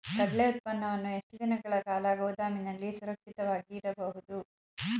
ಕಡ್ಲೆ ಉತ್ಪನ್ನವನ್ನು ಎಷ್ಟು ದಿನಗಳ ಕಾಲ ಗೋದಾಮಿನಲ್ಲಿ ಸುರಕ್ಷಿತವಾಗಿ ಇಡಬಹುದು?